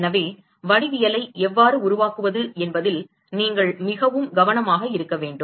எனவே வடிவியலை எவ்வாறு உருவாக்குவது என்பதில் நீங்கள் மிகவும் கவனமாக இருக்க வேண்டும்